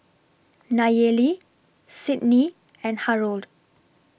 Nayeli Sidney and Harrold